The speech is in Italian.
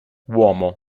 uomo